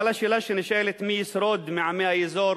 אבל השאלה שנשאלת, מי מעמי האזור